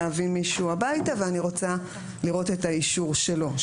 להביא מישהו הביתה ואני רוצה לראות את האישור שלו,